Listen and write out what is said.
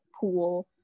pool